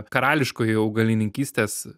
karališkoji augalininkystės